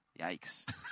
Yikes